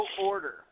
order